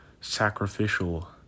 sacrificial